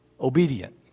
obedient